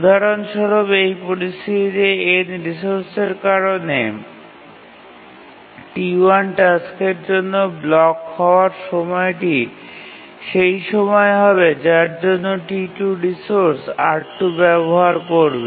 উদাহরণস্বরূপ এই পরিস্থিতিতে n রিসোর্সের কারণে T1 টাস্কের জন্য ব্লক হওয়ার সময়টি সেই সময় হবে যার জন্য T2 রিসোর্স R2 ব্যবহার করবে